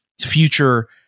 future